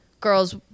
girls